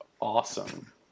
awesome